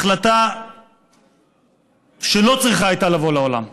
החלטה שלא צריכה הייתה לבוא לעולם,